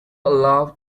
allowed